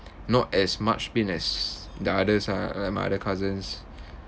not as much pain as the others ah like my other cousins